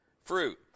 Fruit